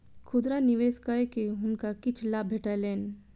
खुदरा निवेश कय के हुनका किछ लाभ भेटलैन